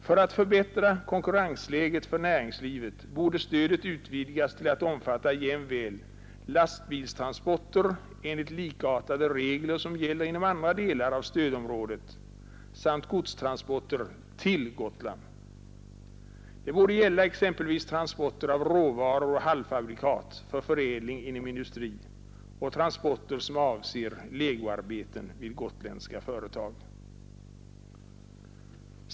För att förbättra konkurrensläget för näringslivet borde stödet utvidgas till att omfatta jämväl lastbilstransporter enligt likartade regler som gäller inom andra delar av stödområdet samt godstransporter till Gotland. Det borde gälla exempelvis transporter av råvaror och halvfabrikat för förädling inom industrin samt transporter som avser legoarbeten vid gotländska företag.